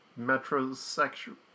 metrosexual